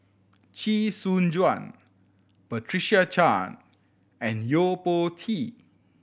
Chee Soon Juan Patricia Chan and Yo Po Tee